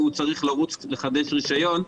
בעל המסעדה צריך לרוץ לחדש רישיון,